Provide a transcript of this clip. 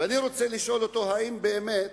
ואני רוצה לשאול אותו, האם באמת